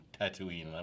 Tatooine